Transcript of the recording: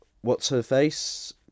What's-her-face